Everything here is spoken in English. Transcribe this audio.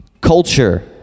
culture